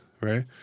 right